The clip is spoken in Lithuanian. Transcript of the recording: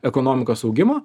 ekonomikos augimo